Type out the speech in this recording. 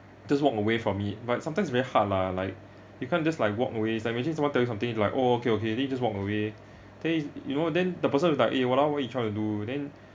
just walk away from it but sometimes it's very hard lah like you can't just like walk away like imagine someone tell you something you like oh okay okay then you just walk away then you know then the person is like what are what you trying to do then